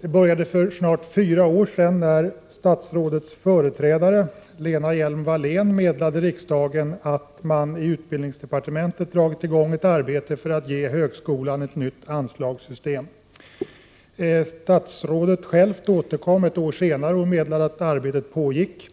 Det började för snart fyra år sedan när statsrådets företrädare Lena Hjelm Wallén meddelade riksdagen att man i utbildningsdepartementet hade dragit i gång ett arbete för att ge högskolan ett nytt anslagssystem. Statsrådet återkom själv ett år senare och meddelade att arbetet pågick.